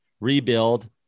rebuild